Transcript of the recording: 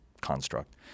construct